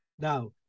Now